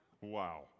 Wow